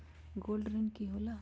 Gold ऋण की होला?